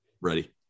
Ready